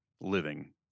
living